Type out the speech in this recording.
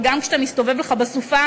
וגם כשאתה מסתובב לך בסופה,